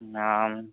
नाम